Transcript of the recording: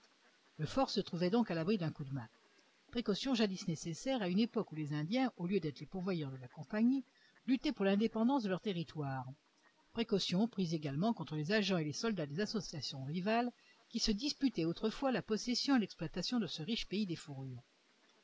le fort se trouvait donc à l'abri d'un coup de main précaution jadis nécessaire à une époque où les indiens au lieu d'être les pourvoyeurs de la compagnie luttaient pour l'indépendance de leur territoire précaution prise également contre les agents et les soldats des associations rivales qui se disputaient autrefois la possession et l'exploitation de ce riche pays des fourrures